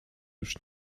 już